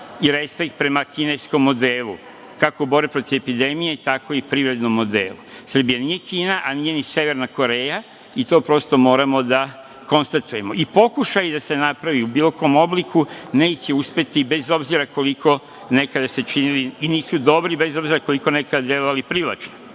i respekt prema kineskom modelu, kako u borbi protiv epidemije, tako i privrednom modelu. Srbija nije Kina, a nije ni Severna Koreja i to prosto moramo da konstatujemo. I pokušaji da se napravi u bilo kojem obliku neće uspeti bez obzira koliko se nekada činilo i nisu dobri, bez obzira koliko nekada delovali privlačno.